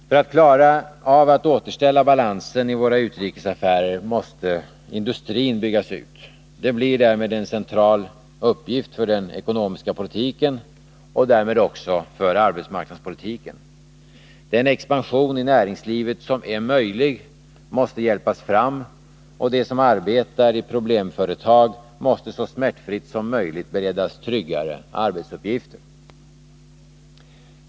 För att vi skall kunna återställa balansen i våra utrikesaffärer måste industrin byggas ut. Det blir därmed en central uppgift för den ekonomiska politiken och därmed också för arbetsmarknadspolitiken. Den expansion av näringslivet som är möjlig måste hjälpas fram, och de som arbetar i problemföretag måste så smärtfritt som möjligt beredas tryggare anställning.